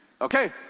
okay